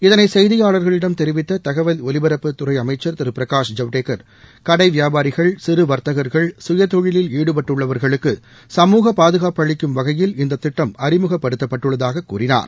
இதனைசெய்தியாளர்களிடம் தெரிவித்ததகவல் ஒலிபரப்புத்துறைஅமைச்சர் திருபிரகாஷ் ஜவடேக்கர் கடைவியாபாரிகள் சிறுவர்த்தகர்கள் சுய தொழிலில் ஈடுபட்டுள்ளவர்களுக்கு சமூக பாதுகாப்பு அளிக்கும் வகையில் இந்ததிட்டம் அறிமுகப்படுத்தப்பட்டுள்ளதாகஅவர் கூறினார்